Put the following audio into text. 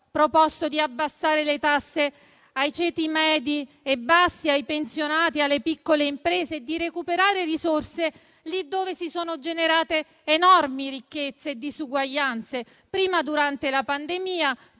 suggerito di abbassare le tasse ai ceti medi e bassi, ai pensionati, alle piccole imprese, e di recuperare risorse lì dove si sono generate enormi ricchezze e disuguaglianze, prima durante la pandemia,